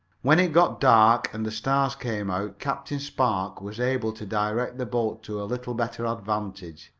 when it got dark and the stars came out captain spark was able to direct the boat to a little better advantage,